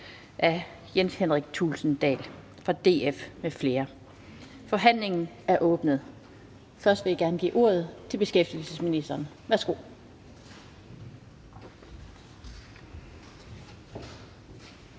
Den fg. formand (Annette Lind): Forhandlingen er åbnet. Først vil jeg gerne give ordet til beskæftigelsesministeren. Værsgo.